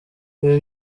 ibi